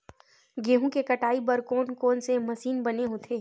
गेहूं के कटाई बर कोन कोन से मशीन बने होथे?